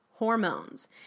hormones